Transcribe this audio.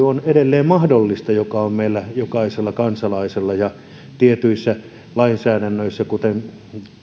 on edelleen mahdollista tämä valitusmenettely joka on meillä jokaisella kansalaisella ja jotta tietyissä lainsäädännöissä kuten